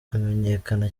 amenyekana